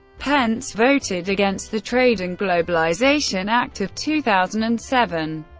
pence voted against the trade and globalization act of two thousand and seven,